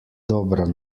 dobra